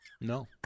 No